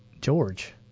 George